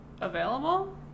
available